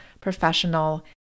professional